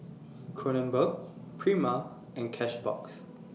Kronenbourg Prima and Cashbox